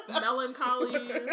Melancholy